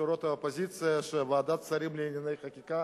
בשורות האופוזיציה, ועדת שרים לענייני חקיקה